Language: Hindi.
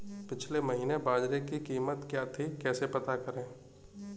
पिछले महीने बाजरे की कीमत क्या थी कैसे पता करें?